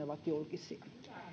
ovat julkisia